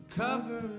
cover